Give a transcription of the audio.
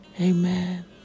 Amen